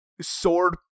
sword